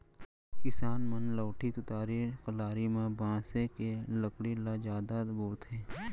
किसान मन लउठी, तुतारी, कलारी म बांसे के लकड़ी ल जादा बउरथे